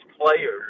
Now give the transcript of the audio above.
players